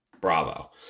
Bravo